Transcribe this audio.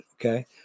okay